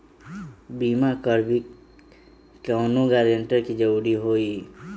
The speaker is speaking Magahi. बिमा करबी कैउनो गारंटर की जरूरत होई?